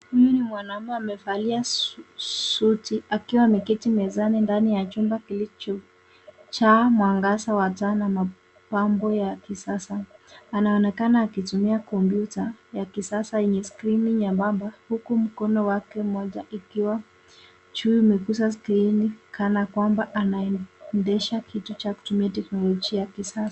Huyu ni mwanaume akiwa amevalia suti akiwa ameketi mezani ndani ya chumba kilichojaa mwangaza wa taa na mapambo ya kisasa. Anaonekana akitumia kompyuta ya kisasa yenye skrini nyembamba huku mkono wake moja ikiwa juu imeguza skrini kana kwamba anaendesha kitu cha kutumia teknolojia ya kisa...